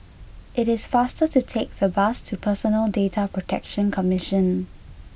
it is faster to take the bus to Personal Data Protection Commission